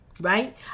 right